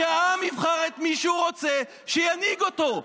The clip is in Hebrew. שהעם יבחר את מי שהוא רוצה שינהיג אותו.